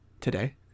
today